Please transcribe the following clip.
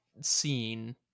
scene